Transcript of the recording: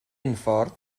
unffordd